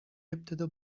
ابتدا